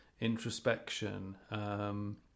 introspection